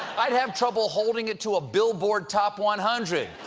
i would have trouble holding it to a billboard top one hundred.